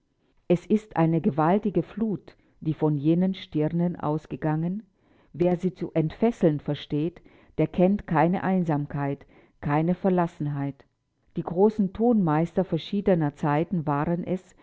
es ist eine gewaltige flut die von jenen stirnen ausgegangen wer sie zu entfesseln versteht der kennt keine einsamkeit kein verlassensein die großen tonmeister verschiedener zeiten waren es